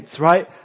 right